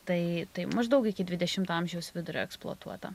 tai tai maždaug iki dvidešimto amžiaus vidurio eksploatuota